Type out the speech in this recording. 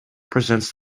presents